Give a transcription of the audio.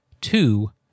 two